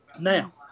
Now